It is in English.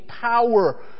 power